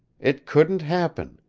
it couldn't happen.